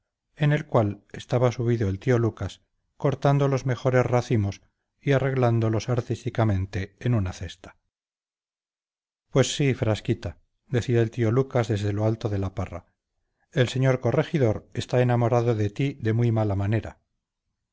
en el cual estaba subido el tío lucas cortando los mejores racimos y arreglándolos artísticamente en una cesta pues sí frasquita decía el tío lucas desde lo alto de la parra el señor corregidor está enamorado de ti de muy mala manera